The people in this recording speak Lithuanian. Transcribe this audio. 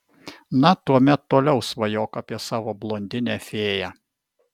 na tuomet toliau svajok apie savo blondinę fėją